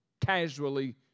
casually